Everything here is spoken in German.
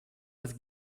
als